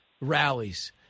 rallies